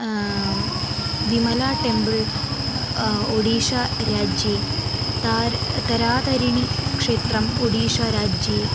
विमला temple Odisha राज्ये तार् तारा तारिणी क्षेत्रम् ओडिशा राज्ये